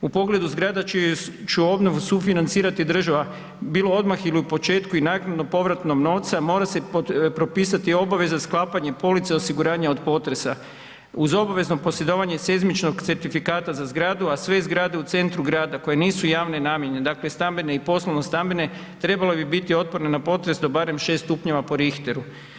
U pogledu zgrada čiju će obnovu sufinancirati država bilo odmah ili u početku i naknadno povratnog novca mora se propisati obaveza sklapanja police osiguranja od potresa uz obvezno posjedovanje seizmičkog certifikata za zgradu, a sve zgrade u centru grada koje nisu javne namjene, dakle stambene i poslovno-stambene trebale bi biti otporne na potres do barem 6 stupnjeva po Richteru.